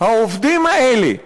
העובדים האלה,